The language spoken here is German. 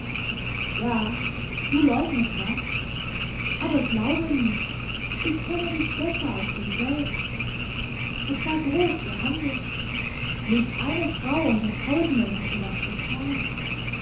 ja du leugnest das aber glaube mir ich kenne dich besser als du selbst es war groß gehandelt nicht eine frau unter tausenden hätte das getan